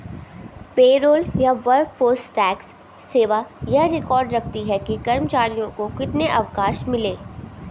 payroll या workforce tax सेवा यह रिकॉर्ड रखती है कि कर्मचारियों को कितने अवकाश मिले